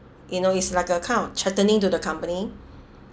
you know it's like a kind of threatening to the company